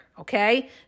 Okay